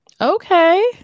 Okay